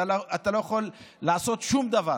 אתה לא יכול לעשות שום דבר.